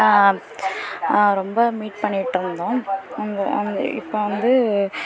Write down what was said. ரொம்ப மீட் பண்ணிவிட்டு இருந்தோம் வந்து வந்து இப்போது வந்து